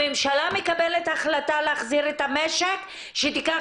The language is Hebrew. מה שאנחנו מדברים עליו היום מעונות היום וכל מה שקשור